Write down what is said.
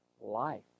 life